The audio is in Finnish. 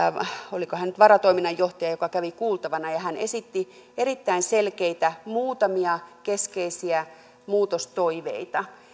oliko hän nyt varatoiminnanjohtaja kävi kuultavana ja ja hän esitti erittäin selkeitä muutamia keskeisiä muutostoiveita